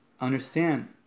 understand